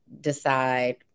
decide